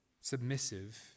submissive